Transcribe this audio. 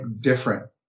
different